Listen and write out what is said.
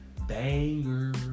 Banger